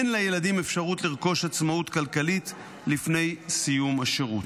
אין לילדים אפשרות לרכוש עצמאות כלכלית לפני סיום השירות.